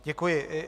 Děkuji.